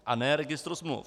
A ne registru smluv.